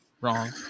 wrong